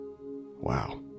Wow